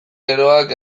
geroak